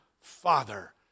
Father